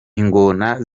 ingona